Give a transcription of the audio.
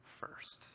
first